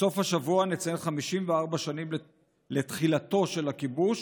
בסוף השבוע נציין 54 שנים לתחילתו של הכיבוש.